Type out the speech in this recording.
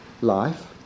life